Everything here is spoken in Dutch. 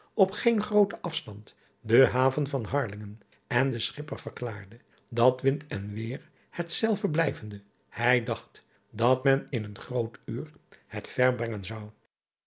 op geen grooten afstand de haven van arlingen en de schipper verklaarde dat wind en weêr hetzelfde blijvende hij dacht dat men in een groot uur het ver